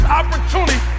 opportunity